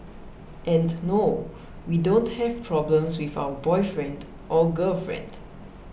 and no we don't have problems with our boyfriend or girlfriend